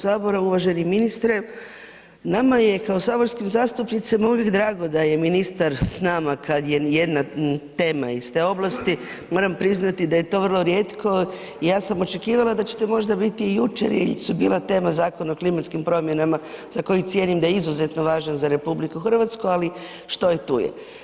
Uvaženi ministre, nama je kao saborskim zastupnicima uvijek drago da je ministar s nama kad je jedna tema iz te oblasti, moram priznati da je to vrlo rijetko, ja sam očekivala da će to možda biti i jučer jer su bila tema Zakon o klimatskim promjenama za koji cijenim da je izuzetno važan za Rh ali što je, tu je.